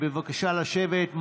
בבקשה לשבת.